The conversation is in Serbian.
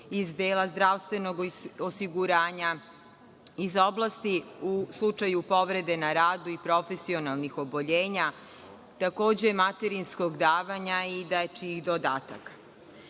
iz dela zdravstvenog osiguranja, iz oblasti u slučaju povrede na radu i profesionalnih oboljenja, materinskog davanja i dečijih dodataka. Ovaj